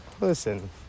Listen